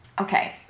Okay